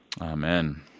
Amen